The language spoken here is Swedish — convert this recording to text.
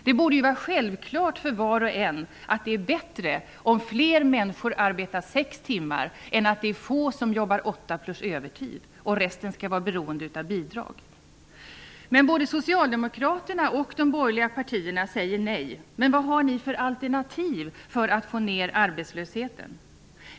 Det borde vara självklart för var och en att det är bättre att fler människor arbetar sex timmar än att få jobbar åtta timmar plus övertid och resten är beroende av bidrag. Både Socialdemokraterna och de borgerliga partierna säger nej. Men vad har ni för alternativ för att få ned arbetslösheten?